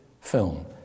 film